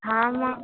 हा मां